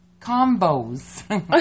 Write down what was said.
combos